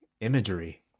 imagery